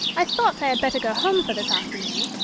i thought i had better go home for this afternoon.